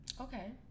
Okay